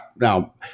now